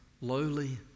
lowly